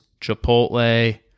chipotle